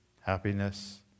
happiness